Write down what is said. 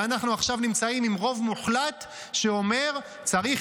ואנחנו עכשיו נמצאים עם רוב מוחלט שאומר שצריך